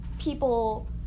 people